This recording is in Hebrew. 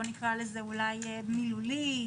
אולי מילולי,